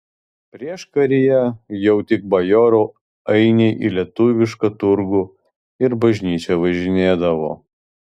prieškaryje jau tik bajorų ainiai į lietuvišką turgų ir bažnyčią važinėdavo